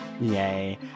Yay